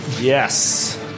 Yes